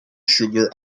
sugar